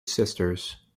sisters